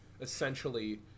essentially